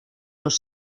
los